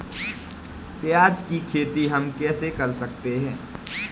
प्याज की खेती हम कैसे कर सकते हैं?